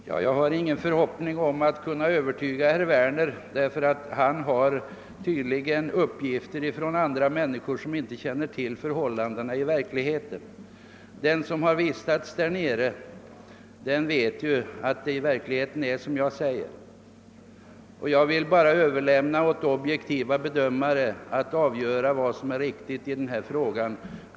Herr talman! Jag har ingen förhoppning om att kunna övertyga herr Werner, därför att han har tydligen uppgifter från andra människor som inte känner till förhållandena i verkligheten. Den som har vistats där nere vet att det verkligen förhåller sig så som jag säger. Jag vill bara överlämna åt objektiva bedömare att avgöra vad som är riktigt i denna fråga.